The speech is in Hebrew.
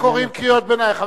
לא קוראים קריאות ביניים.